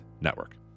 Network